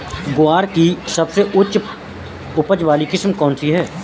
ग्वार की सबसे उच्च उपज वाली किस्म कौनसी है?